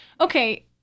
Okay